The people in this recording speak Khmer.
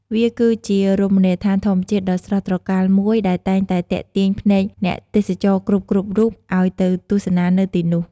វាគឺជារមណីយដ្ឋានធម្មជាតិដ៏ស្រស់ត្រកាលមួយដែលតែងតែទាក់ទាញភ្នែកអ្នកទេសចរគ្រប់ៗរូបឲ្យទៅទស្សនានៅទីនោះ ។